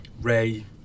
Ray